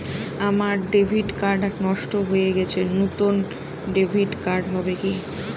আমার debit card নষ্ট হয়ে গেছে নূতন ডেবিট কার্ড হবে কি?